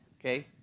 okay